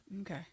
Okay